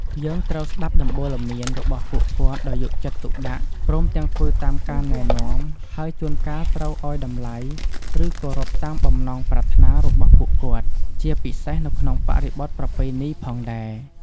យើងត្រូវស្ដាប់ដំបូន្មានរបស់ពួកគាត់ដោយយកចិត្តទុកដាក់ ព្រមទាំងធ្វើតាមការណែនាំ ហើយជួនកាលត្រូវឲ្យតម្លៃ ឬ គោរពតាមបំណងប្រាថ្នារបស់ពួកគាត់ ជាពិសេសនៅក្នុងបរិបទប្រពៃណីផងដែរ។